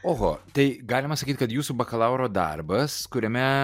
oho tai galima sakyt kad jūsų bakalauro darbas kuriame